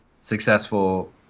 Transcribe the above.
successful